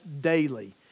daily